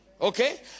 okay